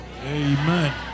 Amen